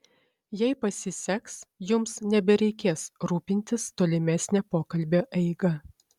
jei pasiseks jums nebereikės rūpintis tolimesne pokalbio eiga